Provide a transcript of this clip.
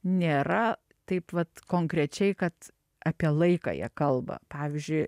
nėra taip vat konkrečiai kad apie laiką jie kalba pavyzdžiui